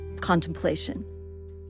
contemplation